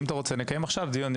אם אתה רוצה נקיים עכשיו דיון.